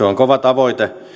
on kova tavoite